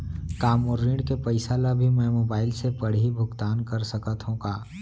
का मोर ऋण के पइसा ल भी मैं मोबाइल से पड़ही भुगतान कर सकत हो का?